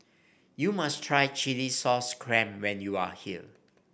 you must try chilli sauce clam when you are here